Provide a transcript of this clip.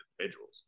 individuals